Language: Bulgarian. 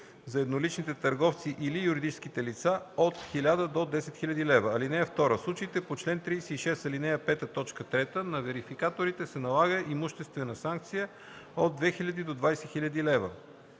за едноличните търговци или юридическите лица, от 1000 до 10 000 лв. (2) В случаите по чл. 36, ал. 5, т. 3 на верификаторите се налага имуществена санкция от 2000 до 20 000 лв.